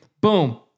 Boom